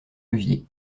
levier